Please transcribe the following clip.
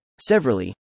severally